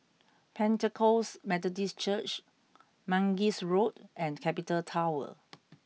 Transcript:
Pentecost Methodist Church Mangis Road and Capital Tower